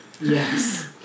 yes